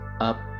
Up